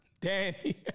Danny